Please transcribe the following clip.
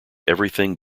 everything